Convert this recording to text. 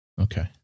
Okay